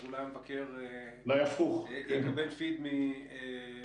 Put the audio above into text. אז אולי המבקר יקבל פיד-ביק